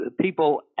People